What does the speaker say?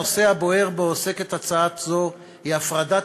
הנושא הבוער שבו עוסקת הצעה זו הוא הפרדת